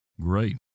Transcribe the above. Great